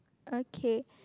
okay